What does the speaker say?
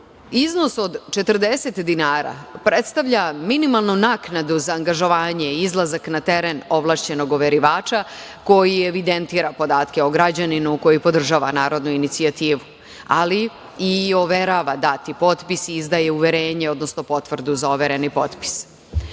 iznos od 40 dinara predstavlja minimalnu naknadu za angažovanje i izlazak na teren ovlašćenog overivača koji evidentira podatke o građaninu koji podržava narodnu inicijativu, ali i overava dati potpis i izdaje uverenje, odnosno potvrdu za overeni potpis. Treće,